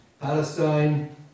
Palestine